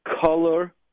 color